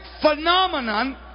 phenomenon